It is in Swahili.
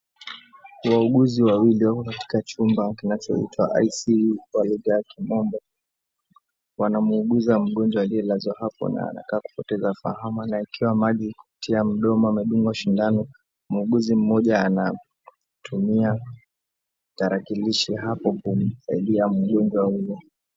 Wauguzi wawili wako katika chumba kinachoitwa ICU kwa lugha ya kimombo. Wanamwuguza mgonjwa aliyelazwa hapo na anakaa kupoteza fahamu. Anawekewa maji kupitia mdomo. Amedungwa sindano. Muuguzi mmoja anatumia tarakilishi hapo kumsaidia mgonjwa huyo.